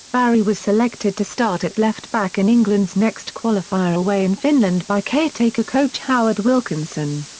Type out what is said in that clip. barry was selected to start at left-back in england's next qualifier away in finland by caretaker coach howard wilkinson.